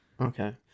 Okay